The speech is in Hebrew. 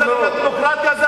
רוצה להיות דמוקרטיה, זה,